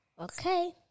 Okay